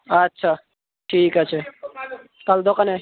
আচ্ছা ঠিক আছে তাহলে দোকানে